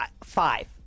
five